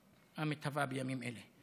המתהווה בימים אלה.